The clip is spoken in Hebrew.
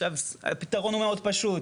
הפתרון הוא מאוד פשוט,